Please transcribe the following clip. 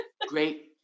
Great